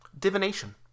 Divination